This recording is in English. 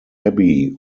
abbey